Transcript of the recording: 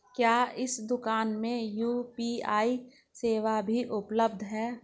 क्या इस दूकान में यू.पी.आई सेवा भी उपलब्ध है?